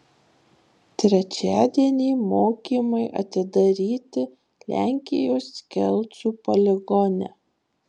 trečiadienį mokymai atidaryti lenkijos kelcų poligone